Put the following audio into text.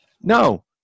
No